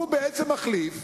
הוא בעצם מחליף